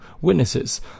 witnesses